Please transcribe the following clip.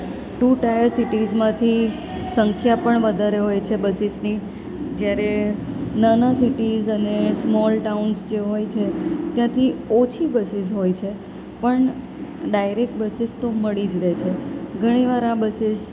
two tier સીટીસમાંથી સંખ્યા પણ વધારે હોય છે બસીસની જ્યારે નાનાં સીટીસ અને સ્મોલ ટાઉન્સ જે હોય છે ત્યાંથી ઓછી બસીસ હોય છે પણ ડાયરેક બસીસ તો મળી જ રહે છે ઘણીવાર આ બસીસ